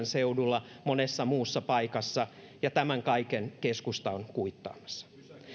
seudulla monessa muussa paikassa ja tämän kaiken keskusta on kuittaamassa